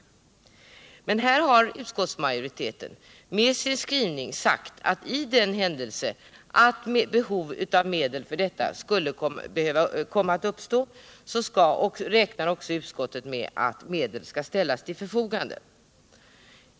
Med sin skrivning har utskottsmajoriteten sagt att för den händelse behov av medel härför skulle uppstå, väntar utskottet att medel också skall ställas till förfogande.